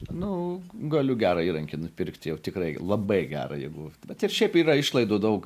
nu galiu gerą įrankį nupirkt jau tikrai labai gerą jeigu bet ir šiaip yra išlaidų daug